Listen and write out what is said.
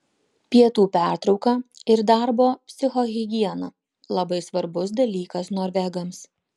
pietų pertrauka ir darbo psichohigiena labai svarbus dalykas norvegams